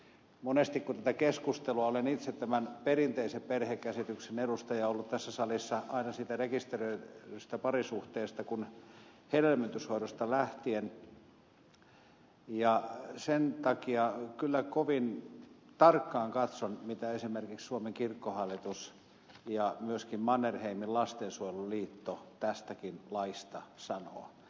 monesti kun tätä keskustelua on käyty olen itse tämän perinteisen perhekäsityksen edustaja ollut tässä salissa aina siitä rekisteröidystä parisuhteesta kuin myös hedelmöityshoidosta lähtien ja sen takia kyllä kovin tarkkaan katson mitä esimerkiksi kirkkohallitus ja myöskin mannerheimin lastensuojeluliitto tästäkin laista sanovat